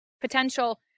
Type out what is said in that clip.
potential